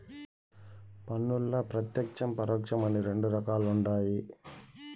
పన్నుల్ల ప్రత్యేక్షం, పరోక్షం అని రెండు రకాలుండాయి